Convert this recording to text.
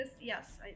Yes